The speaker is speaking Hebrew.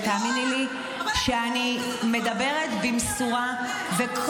ותאמיני לי שאני מדברת במשורה -- לא את,